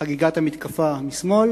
חגיגת המתקפה משמאל